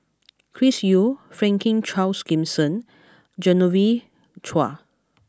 Chris Yeo Franklin Charles Gimson Genevieve Chua